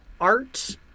art